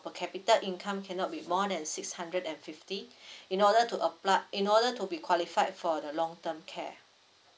per capita income cannot be more than six hundred and fifty in order to apply in order to be qualified for the long term care